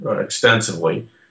extensively